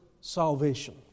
salvation